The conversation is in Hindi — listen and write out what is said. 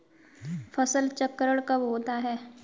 फसल चक्रण कब होता है?